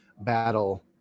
battle